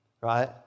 Right